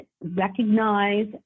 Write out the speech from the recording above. recognize